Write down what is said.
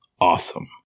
awesome